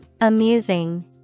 Amusing